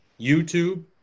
YouTube